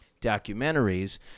documentaries